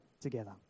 together